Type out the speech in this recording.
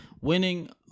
winning